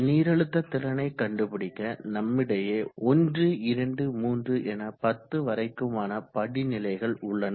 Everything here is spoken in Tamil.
நீரழுத்த திறனை கண்டுபிடிக்க நம்மிடையே 123என 10 வரைக்குமான படிநிலைகள் உள்ளன